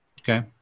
Okay